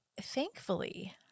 thankfully